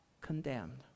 condemned